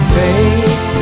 faith